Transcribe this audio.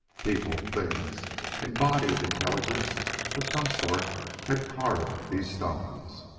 people things embodied intelligences of some sort had carved these stones.